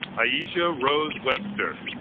ah yeah aisha rose webster